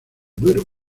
duero